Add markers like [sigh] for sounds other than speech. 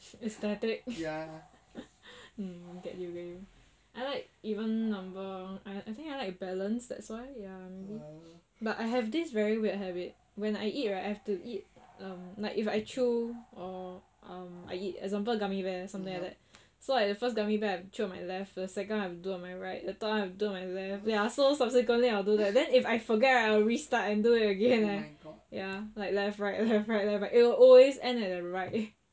static [laughs] get you mean I like even number I think I like balance that's why ya maybe but I have this very weird habit when I eat right I have to eat um like if I chew or um I eat example gummy bear something like that so the first gummy bear I chew on my left first second one I do on my right the third one I do on my left ya so subsequently I will do that then if I forget right I will restart and do it again eh ya like left right left right left right it will always end at the right